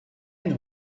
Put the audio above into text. know